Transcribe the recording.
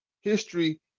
history